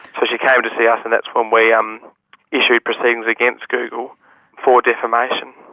so she came to see us and that's when we um issued proceedings against google for defamation.